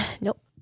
nope